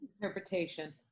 interpretation